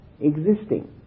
existing